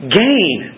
gain